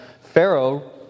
Pharaoh